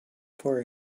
for